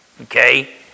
okay